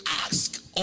ask